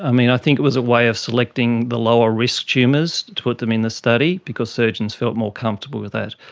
ah i think it was a way of selecting the lower risk tumours, to put them in the study, because surgeons felt more comfortable with that.